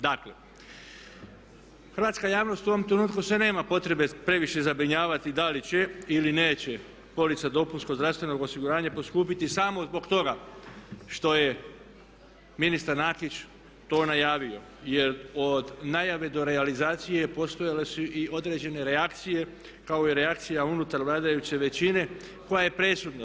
Dakle, hrvatska javnost u ovom trenutku se nema potrebe previše zabrinjavati da li će ili neće polica dopunskog zdravstvenog osiguranja poskupiti samo zbog toga što je ministar Nakić to najavio jer od najave do realizacije postojale su i određene reakcije kao i reakcija unutar vladajuće većine koja je presudna.